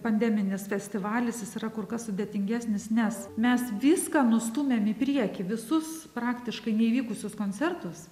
pandeminis festivalis jis yra kur kas sudėtingesnis nes mes viską nustūmėm į priekį visus praktiškai neįvykusius koncertus